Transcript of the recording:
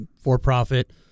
for-profit